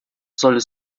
sollte